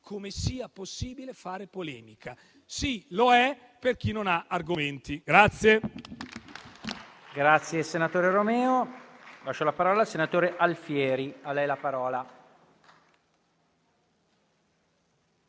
come sia possibile fare polemica. Sì, lo è per chi non ha argomenti.